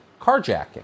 carjacking